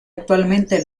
actualmente